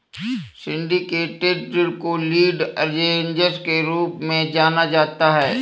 syndicated ऋण को lead arrangers के रूप में जाना जाता है